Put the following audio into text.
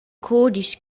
cudisch